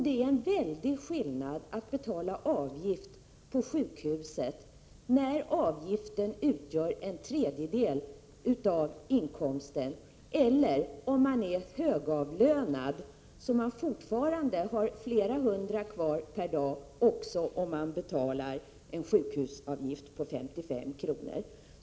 Det är en väldig skillnad mellan att betala avgift på sjukhuset när avgiften utgör en tredjedel av inkomsten och att vara högavlönad, så att man fortfarande har flera hundra kvar per dag även om man betalar en sjukhusavgift på 55 kr.